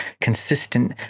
consistent